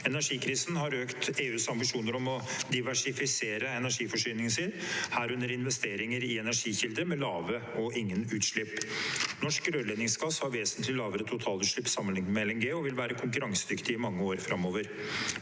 Energikrisen har økt EUs ambisjoner om å diversifisere energiforsyningen sin, herunder investeringer i energikilder med lave eller ingen utslipp. Norsk rørledningsgass har vesentlig lavere totalutslipp sammenlignet med LNG og vil være konkurransedyktig i mange år framover.